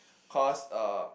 cause uh